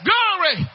Glory